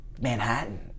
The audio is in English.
Manhattan